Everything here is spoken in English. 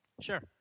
Sure